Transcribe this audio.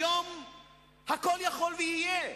היום הכול יכול להיות, ויהיה.